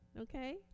okay